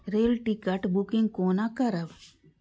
Rail ticket booking कोना करब?